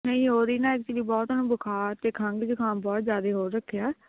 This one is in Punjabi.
ਨਹੀਂ ਉਹਦੀ ਨਾ ਐਕਚੁਲੀ ਬਹੁਤ ਉਹਨੂੰ ਬੁਖਾਰ ਅਤੇ ਖੰਘ ਜੁਖਾਮ ਬਹੁਤ ਜ਼ਿਆਦਾ ਹੋ ਰੱਖਿਆ